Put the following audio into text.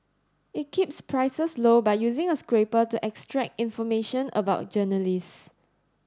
it keeps prices low by using a scraper to extract information about journalists